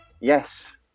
yes